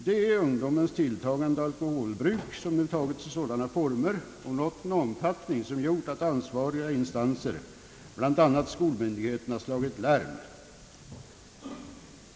Det är ungdomens tilltagande alkoholbruk, som nu tagit sig sådana former och nått en omfattning som gjort att ansvariga instanser, bl.a. skolmyndigheterna, slagit larm.